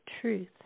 truth